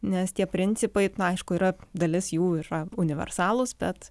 nes tie principai aišku yra dalis jų yra universalūs bet